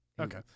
Okay